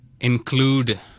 include